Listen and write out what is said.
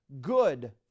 good